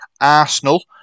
Arsenal